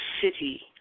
city